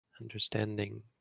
understanding